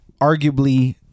arguably